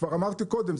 כבר אמרתי קודם,